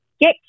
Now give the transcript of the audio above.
get